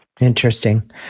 Interesting